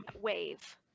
wave